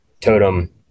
Totem